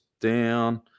down